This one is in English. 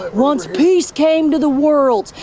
ah once peace came to the world,